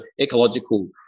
ecological